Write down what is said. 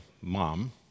mom